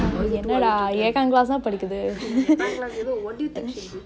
அவ என்னடா எட்டா:ave ennedaa etta class தா படிக்குது:thaa padikuthu